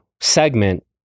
segment